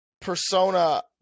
persona